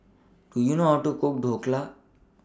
Do YOU know How to Cook Dhokla